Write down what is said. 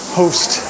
host